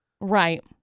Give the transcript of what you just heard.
Right